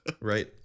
Right